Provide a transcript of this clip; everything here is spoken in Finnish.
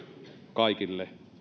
kaikille